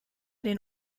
den